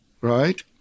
right